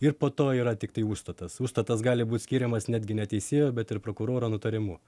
ir po to yra tiktai užstatas užstatas gali būt skiriamas netgi ne teisėjo bet ir prokuroro nutarimu